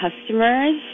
customers